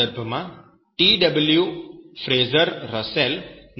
આ સંદર્ભમાં TW Fraser Russell T